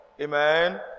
Amen